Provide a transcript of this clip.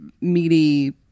meaty